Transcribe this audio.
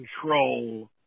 control